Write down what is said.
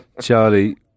Charlie